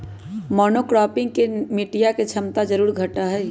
monocropping से मटिया के क्षमता जरूर घटा हई